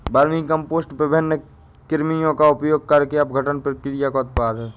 vermicompost विभिन्न कृमियों का उपयोग करके अपघटन प्रक्रिया का उत्पाद है